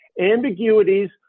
Ambiguities